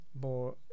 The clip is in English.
more